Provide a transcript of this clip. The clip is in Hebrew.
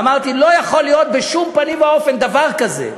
ואמרתי, לא יכול להיות בשום פנים ואופן דבר כזה,